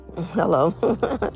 Hello